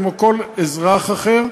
כמו כל אזרח אחר,